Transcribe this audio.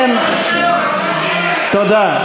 כן, תודה.